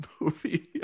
movie